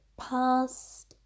past